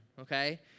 okay